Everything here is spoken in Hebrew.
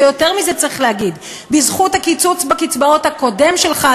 ויותר מזה צריך להגיד: בזכות הקיצוץ בקצבאות הקודם שלך,